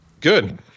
Good